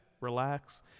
relax